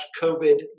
COVID